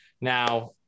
Now